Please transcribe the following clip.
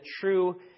true